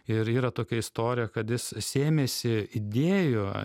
ir yra tokia istorija kad jis sėmėsi idėjų